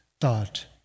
thought